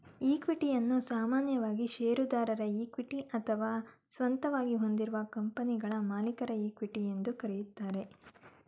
ಇಕ್ವಿಟಿಯನ್ನ ಸಾಮಾನ್ಯವಾಗಿ ಶೇರುದಾರರ ಇಕ್ವಿಟಿ ಅಥವಾ ಸ್ವಂತವಾಗಿ ಹೊಂದಿರುವ ಕಂಪನಿಗಳ್ಗೆ ಮಾಲೀಕರ ಇಕ್ವಿಟಿ ಎಂದು ಕರೆಯುತ್ತಾರೆ